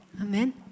Amen